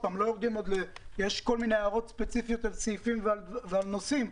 יש כל מיני הערות ספציפיות ועל נושאים,